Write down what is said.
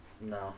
No